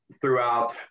throughout